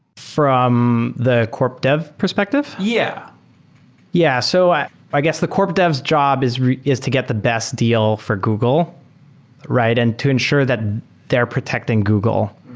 from the corp dev perspective? yeah yeah. so i i guess the corp dev's job is is to get the best deal for google and to ensure that they are protecting google.